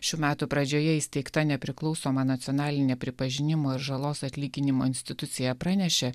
šių metų pradžioje įsteigta nepriklausoma nacionalinė pripažinimo ir žalos atlyginimo institucija pranešė